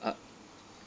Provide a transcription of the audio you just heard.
uh